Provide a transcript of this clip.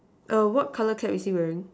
err what colour cap is he wearing